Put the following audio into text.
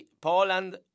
Poland